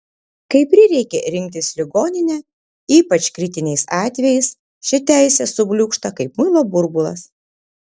kai prireikia rinktis ligoninę ypač kritiniais atvejais ši teisė subliūkšta kaip muilo burbulas